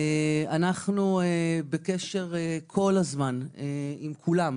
אנחנו בקשר כל הזמן עם כולם.